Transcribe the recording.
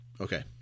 Okay